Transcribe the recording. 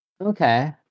Okay